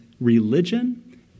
religion